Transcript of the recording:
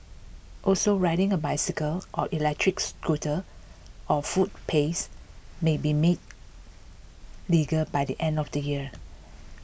also riding a bicycle or electric scooter on footpaths may be made legal by the end of the year